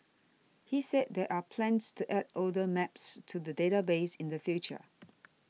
he said there are plans to add older maps to the database in the future